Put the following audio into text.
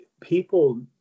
people